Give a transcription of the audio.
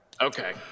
Okay